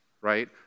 right